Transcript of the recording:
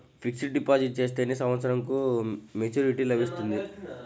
Fixed deposit చేస్తే ఎన్ని సంవత్సరంకు మెచూరిటీ లభిస్తుంది?